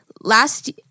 last